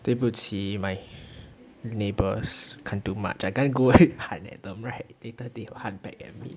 对不起 my neighbours can't do much I can't go and 喊 at them right later they will 喊 back